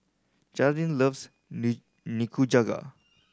Geraldine loves Nikujaga